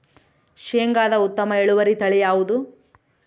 ಶೇಂಗಾದ ಉತ್ತಮ ಇಳುವರಿ ತಳಿ ಯಾವುದು?